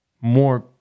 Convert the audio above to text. more